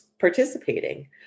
participating